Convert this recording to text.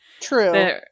True